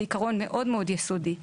זה עקרון יסודי מאוד.